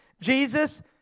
Jesus